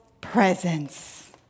presence